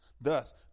Thus